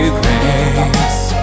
grace